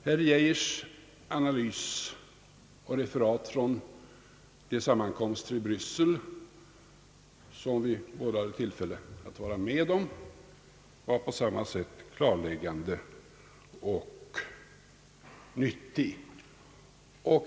Herr Arne Geijers analys och referat från de sammankomster i Bryssel, som vi båda hade tillfälle att vara med om, var på samma sätt klarläggande och nyttiga.